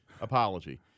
Apology